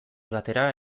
batera